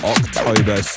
October